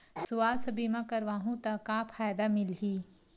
सुवास्थ बीमा करवाहू त का फ़ायदा मिलही?